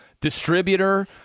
distributor